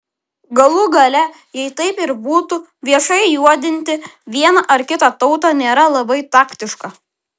galų gale jei taip ir būtų viešai juodinti vieną ar kitą tautą nėra labai taktiška